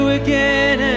again